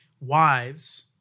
Wives